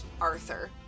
Arthur